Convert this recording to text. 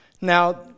Now